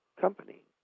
company